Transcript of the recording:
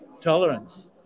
tolerance